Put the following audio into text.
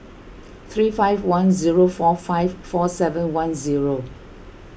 three five one zero four five four seven one zero